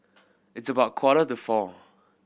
its about quarter to four